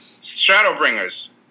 Shadowbringers